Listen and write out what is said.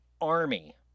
army